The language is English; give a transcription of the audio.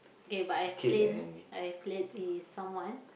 okay but I plain I played with someone